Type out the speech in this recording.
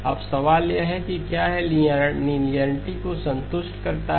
अब सवाल यह है कि क्या यह लीनियरिटी को संतुष्ट करता है